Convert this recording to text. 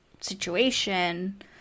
situation